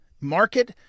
market